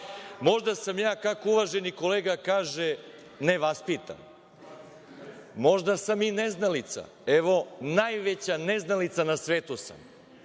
Možda sam ja, kako uvaženi kolega kaže, nevaspitan, možda sam i neznalica. Evo, najveća neznalica na svetu sam,